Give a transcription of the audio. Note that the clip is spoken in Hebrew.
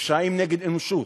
בפשעים נגד האנושות.